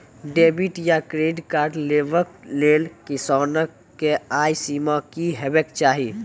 Debit या credit card लेवाक लेल किसानक आय सीमा की हेवाक चाही?